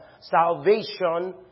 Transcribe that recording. Salvation